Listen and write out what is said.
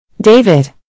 David